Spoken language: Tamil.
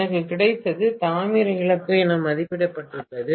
எனக்கு கிடைத்தது தாமிர இழப்பு என மதிப்பிடப்பட்டுள்ளது